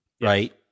Right